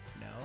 No